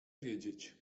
wiedzieć